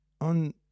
on